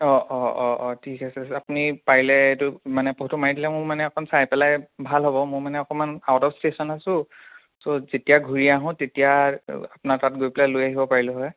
অ' অ' অ' 'অ ঠিক আছে আপুনি পাৰিলে এটো মানে ফটো মাৰি দিলে মানে মোৰ অকণ চাই পেলাই ভাল হ'ব মোৰ মানে অকণমান আউট অফ ষ্টেচন আছোঁ চ' যেতিয়া ঘূৰি আহোঁ তেতিয়া আপোনাৰ তাত গৈ পালে লৈ আহিব পাৰিলোঁ হয়